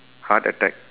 heart attack